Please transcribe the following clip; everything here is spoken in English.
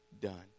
done